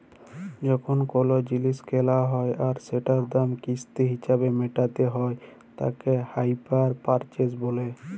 যখল কল জিলিস কেলা হ্যয় আর সেটার দাম কিস্তি হিছাবে মেটাল হ্য়য় তাকে হাইয়ার পারচেস ব্যলে